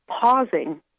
pausing